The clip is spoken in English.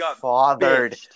fathered